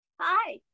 Hi